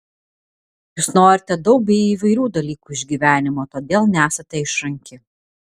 jūs norite daug bei įvairių dalykų iš gyvenimo todėl nesate išranki